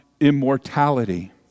immortality